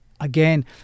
again